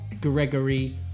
Gregory